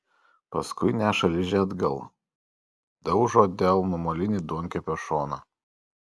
paskui neša ližę atgal daužo delnu molinį duonkepio šoną